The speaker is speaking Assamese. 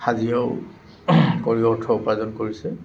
হাজিৰাও কৰি অৰ্থ উপাৰ্জন কৰিছে